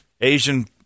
Asian